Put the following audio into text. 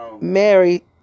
Mary